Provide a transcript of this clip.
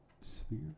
Sphere